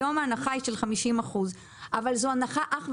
היום ההנחה היא של 50%. אבל